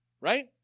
Right